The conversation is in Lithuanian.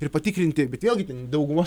ir patikrinti bet vėlgi ten daugumos